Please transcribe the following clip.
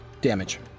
damage